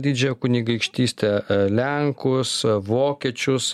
didžiąją kunigaikštystę lenkus vokiečius